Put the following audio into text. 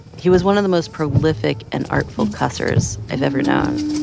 he was one of the most prolific and artful cussers i've ever known